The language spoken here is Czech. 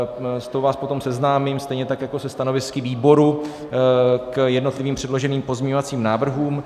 S tou vás potom seznámím, stejně tak jako se stanovisky výboru k jednotlivým předloženým pozměňovacím návrhům.